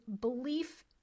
belief